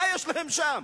מה יש להם שם?